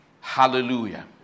Hallelujah